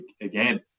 again